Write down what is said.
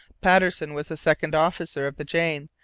patterson was the second officer of the jane,